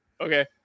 okay